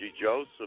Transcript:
joseph